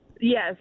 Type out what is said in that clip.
yes